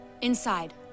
Inside